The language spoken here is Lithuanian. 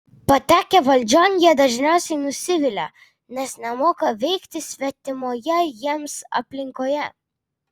patekę valdžion jie dažniausiai nusivilia nes nemoka veikti svetimoje jiems aplinkoje